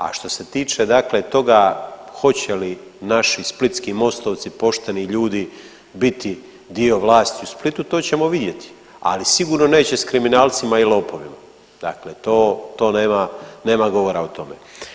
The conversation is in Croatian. A što se tiče dakle toga hoće li naši splitski Mostovci pošteni ljudi biti dio vlasti u Splitu to ćemo vidjeti, ali sigurno neće s kriminalcima i lopovima, dakle to, to nema, nema govora o tome.